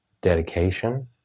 dedication